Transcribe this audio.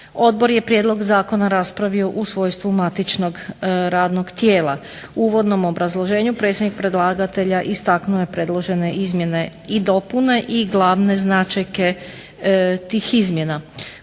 Odbor je prijedlog zakona raspravio u svojstvu matičnog radnog tijela. U uvodnom obrazloženju predsjednik predlagatelja istaknuo je predložene izmjene i dopune i glavne značajke tih izmjena.